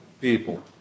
people